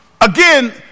Again